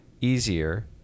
easier